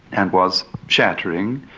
and was shattering.